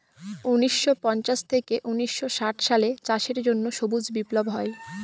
উনিশশো পঞ্চাশ থেকে উনিশশো ষাট সালে চাষের জন্য সবুজ বিপ্লব হয়